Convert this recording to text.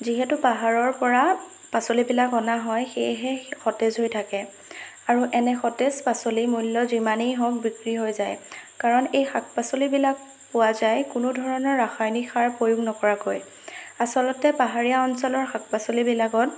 যিহেতু পাহাৰৰ পৰা পাচলিবিলাক অনা হয় সেয়েহে সতেজ হৈ থাকে আৰু এনে সতেজ পাচলি মূল্য যিমানেই হওক বিক্ৰী হৈ যায় কাৰণ এই শাক পাচলিবিলাক পোৱা যায় কোনো ধৰণৰ ৰাসায়নিক সাৰ প্ৰয়োগ নকৰাকৈ আচলতে পাহাৰীয়া অঞ্চলৰ শাক পাচলিবিলাকত